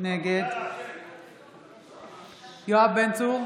נגד יואב בן צור,